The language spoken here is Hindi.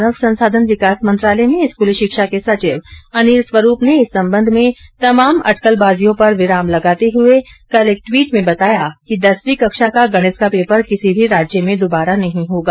मानव संसाधन विकास मंत्रालय में स्कूली शिक्षा के सचिव अनिल स्वरूप ने इस संबंध में तमाम अटकलबाजियों पर विराम लगातें हये कल एक टवीट में बताया कि दसवीं कक्षा का गणित का पेपर किसी भी राज्य में द्वारा नहीं होगा